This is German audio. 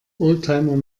oldtimer